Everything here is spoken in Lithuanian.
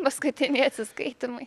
paskutiniai atsiskaitymai